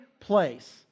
place